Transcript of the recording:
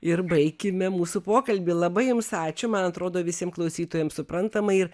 ir baikime mūsų pokalbį labai jums ačiū man atrodo visiem klausytojam suprantama ir